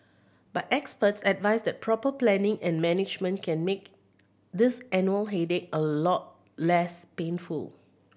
but experts advise that proper planning and management can make this annual headache a lot less painful